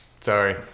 Sorry